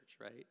right